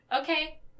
okay